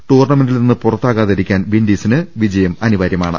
ടൂർണമെന്റിൽനിന്നു പുറത്താകാതിരിക്കാൻ വിൻഡീസിന് ജയം അനിവാര്യമാണ്